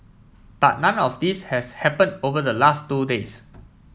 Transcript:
but none of this has happened over the last two days